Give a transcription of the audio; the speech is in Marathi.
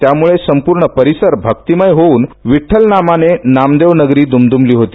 त्यामुळे संपूर्ण परिसर भक्तीमय होऊन विठ्ठल नामाने नामदेव नगरी दुमदुमली होती